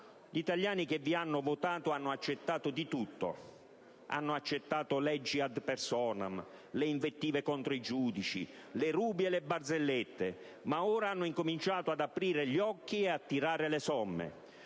Gli italiani che vi hanno votato hanno accettato di tutto, perché sono un popolo generoso. Hanno accettato leggi *ad personam*, invettive contro i giudici, le Ruby e le barzellette, ma ora hanno cominciato ad aprire gli occhi e a tirare le somme.